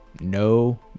No